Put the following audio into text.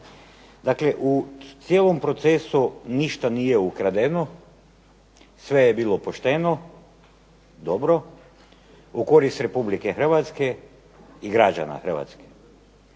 Dakle, u cijelom procesu ništa nije ukradeno, sve je bilo pošteno, dobro u korist RH i građana Hrvatske.